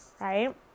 Right